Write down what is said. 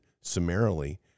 summarily